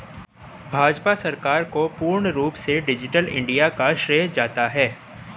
भाजपा सरकार को पूर्ण रूप से डिजिटल इन्डिया का श्रेय जाता है